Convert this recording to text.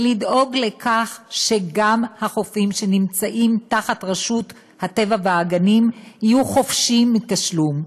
לכך שגם החופים שנמצאים תחת רשות הטבע והגנים יהיו חופשיים מתשלום.